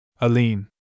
Aline